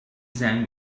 زنگ